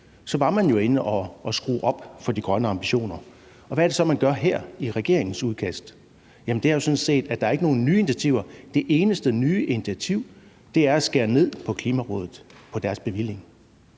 var man jo inde at skrue op for de grønne ambitioner. Og hvad er det så, man gør her i regeringens udkast? Jamen man gør sådan set det, at man ikke kommer med nogen nye initiativer. Det eneste nye initiativ er at skære ned på Klimarådets bevilling.